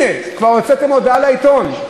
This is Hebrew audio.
הנה, כבר הוצאתם הודעה לעיתונות.